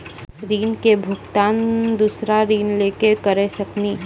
ऋण के भुगतान दूसरा ऋण लेके करऽ सकनी?